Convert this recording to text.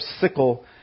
sickle